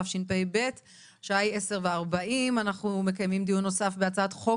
ח' באדר תשפ"ב השעה היא 10:40 ואנחנו מקיימים דיון נוסף בנושא הצעת חוק